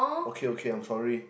okay okay I'm sorry